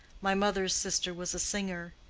my mother's sister was a singer,